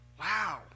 wow